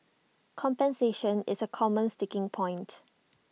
compensation is A common sticking point